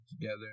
together